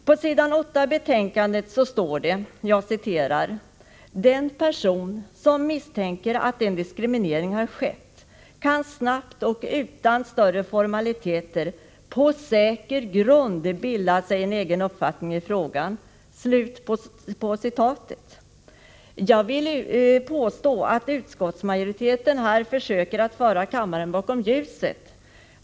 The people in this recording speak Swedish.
På s. 8 i betänkandet står det: ”Den person som misstänker att en diskriminering har skett kan snabbt och utan större formaliteter på säkrare grund bilda sig en egen uppfattning i frågan.” Jag vill påstå att utskottsmajoriteten här försöker att föra kammaren bakom ljuset.